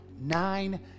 nine